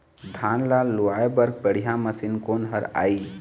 धान ला लुआय बर बढ़िया मशीन कोन हर आइ?